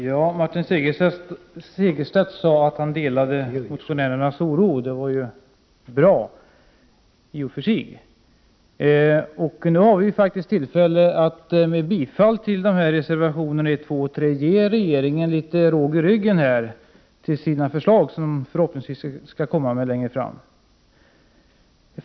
Herr talman! Martin Segerstedt sade att han delade motionärernas oro. Det är bra, i och för sig. Nu har vi tillfälle att genom bifall till reservationerna 1, 2 och 3 ge regeringen litet råg i ryggen inför framläggandet av de förslag som man förhoppningsvis kommer med längre fram.